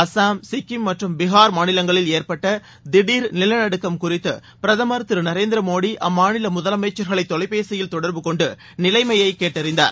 அசாம் சிக்கிம் மற்றும் பீகார் மாநிலங்களில் ஏற்பட்டதிடர் நிலநடுக்கம் குறித்துபிரதமா திருநரேந்திரமோடிஅம்மாநிலமைச்சா்களைதொலைபேசியில் தொடர்பு கொண்டுநிலைமைகேட்டறிந்தார்